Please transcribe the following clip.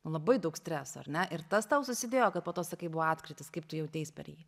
labai daug streso ar ne ir tas tau susidėjo kad po to sakai buvo atkrytis kaip tu jauteis per jį